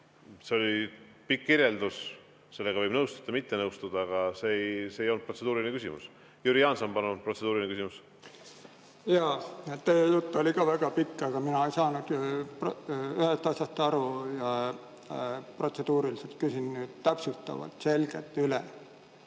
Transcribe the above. See oli pikk kirjeldus, sellega võib nõustuda või mitte nõustuda, aga see ei olnud protseduuriline küsimus. Jüri Jaanson, palun! Protseduuriline küsimus. Jaa. Teie jutt oli ka väga pikk, aga mina ei saanud ühest asjast aru ja protseduuriliselt küsin nüüd täpsustavalt, selgelt üle.